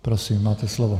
Prosím, máte slovo.